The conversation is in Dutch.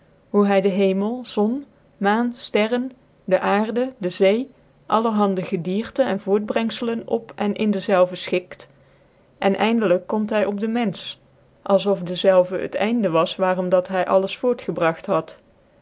hoe hy den hemel zon maan sterren de aarde dc zee allerhande gedierten cn voortbrengfelen op cn in dezelve fchikt en cindelyk komt hy op den mcnfch als of dezelve het einde was waarom dat hy alles voortgebrngt had